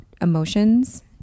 emotions